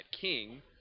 king